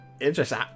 interesting